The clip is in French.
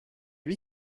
lui